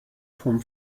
von